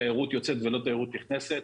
תיירות יוצאת ולא תיירות נכנסת.